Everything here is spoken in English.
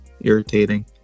irritating